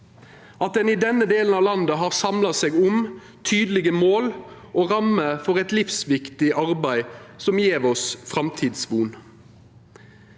At ein i denne delen av landet har samla seg om tydelege mål og rammer for eit livsviktig arbeid, gjev oss framtidsvon.